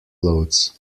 loads